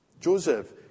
Joseph